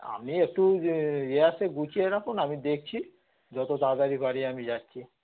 আমি একটু ইয়ে আছে গুছিয়ে রাখুন আমি দেখছি যত তাড়াতাড়ি পারি আমি যাচ্ছি